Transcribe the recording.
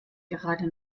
gerade